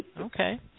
Okay